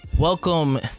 Welcome